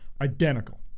identical